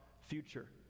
future